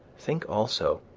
think, also,